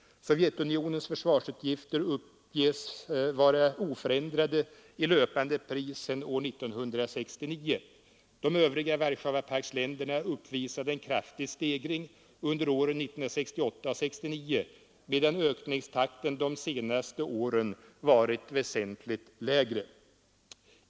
Sovjetunionens försvarsutgifter uppges vara oförändrade i löpande pris sedan år 1969. De övriga Warszawapaktsländerna uppvisade en kraftig stegring under åren 1968 och 1969, medan ökningstakten de senaste åren varit väsentligt lägre.